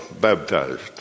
baptized